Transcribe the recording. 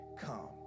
come